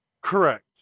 Correct